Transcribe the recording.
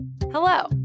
Hello